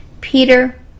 Peter